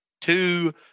two